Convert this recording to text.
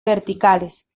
verticales